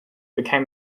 became